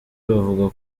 bavuga